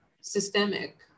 systemic